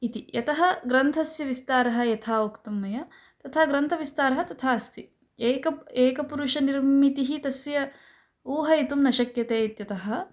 इति यतः ग्रन्थस्य विस्तारः यथा वक्तुं मया तथा ग्रन्थविस्तारः तथा अस्ति एकः एकपुरुषनिर्मितिः तस्य ऊहयितुं न शक्यते इत्यतः